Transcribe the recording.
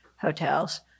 hotels